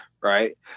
Right